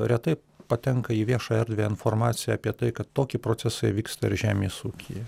retai patenka į viešąją erdvę informacija apie tai kad tokie procesai vyksta ir žemės ūkyje